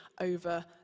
over